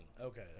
Okay